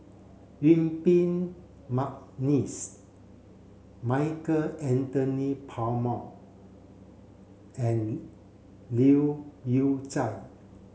Yuen Peng McNeice Michael Anthony Palmer and Leu Yew Chye